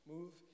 Move